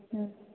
ହୁଁ